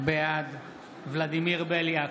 בעד ולדימיר בליאק,